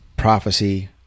prophecy